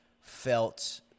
felt